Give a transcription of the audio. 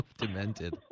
demented